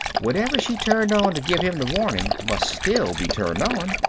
whatever she turned on to give him the warning must still be turned on.